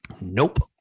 Nope